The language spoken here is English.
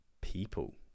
people